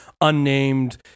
unnamed